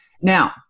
now